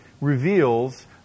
reveals